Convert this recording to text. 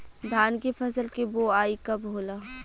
धान के फ़सल के बोआई कब होला?